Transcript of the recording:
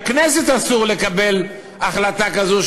לכנסת אסור לקבל החלטה כזאת,